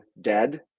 dead